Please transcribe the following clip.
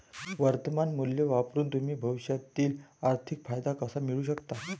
वर्तमान मूल्य वापरून तुम्ही भविष्यातील आर्थिक फायदा कसा मिळवू शकता?